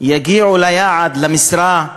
יגיעו ליעד, למשרה,